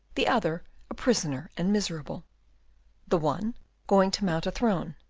the other a prisoner and miserable the one going to mount a throne,